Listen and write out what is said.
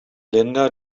linda